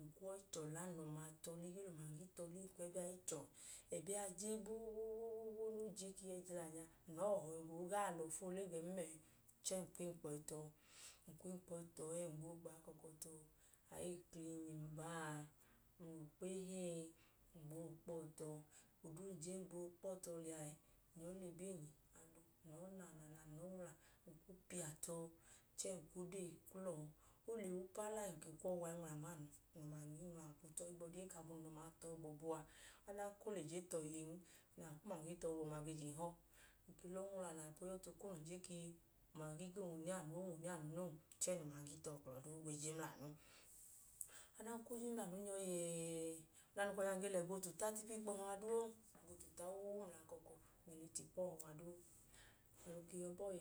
ng kwu ọ i chọla. Ng lẹ ọma tu ọ ligii, lẹ umangi tu ọ ligii, ng kwu ọọ i chọla gbogbogboogbo ga ẹjila nẹ ng lọọ he ọhọ no gaa lọfu oole gẹn mẹẹ chẹẹ ng kwu enkpọ i tọ. Ng kwu enkpọ i tọ ẹẹ, ng gboo gba akọkọ tọ. Aiklinyi n baa mla okpehe ẹẹ ng gbọọ kpọọ tọ. Eko duu num gboo kpọọ tọ liya ẹẹ, ng nyẹ i lẹ ebenyi adu, ng lọọ nanaana, ng lọọ nwla ng kwu piya tọ. Chẹẹ ng kwu odee i kla ọọ. O le wu paala ẹẹ, ng ke kwu ọwu a i nwla nma anu. Ng lẹ umangi nwla, ng ke kwọọ i tọ. Ohigbu ọdi ka, abọ um lẹ ọma tọ gbọbu a, ọdanka o le je tọ iyen, na kwu umangi i tọ, ọma gee je hẹ ọọ. Ng ke lọọ nwla lẹ abọ yọọ tu okonu je ka umangi gee nwune anu aman ka o nwune anun oo, umangi gee jẹ mla anu. Adanka o je mla anu nyọ yẹẹ. Ọda n ka nya, ng ge lẹ ẹgbla otuta tu ipu ikpọha a duu o. Ng lẹ ẹgbla otuta wu mla akọkọ, ng ge le tu ipu ọhọ a duu.